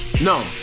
No